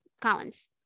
collins